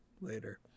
later